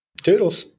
Toodles